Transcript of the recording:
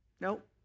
Nope